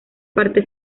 parte